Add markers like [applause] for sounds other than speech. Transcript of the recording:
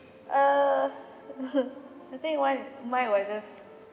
err [laughs] I think one mine was just